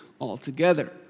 altogether